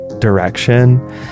direction